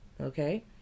Okay